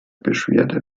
beschwerde